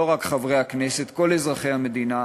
לא רק חברי הכנסת, כל אזרחי המדינה,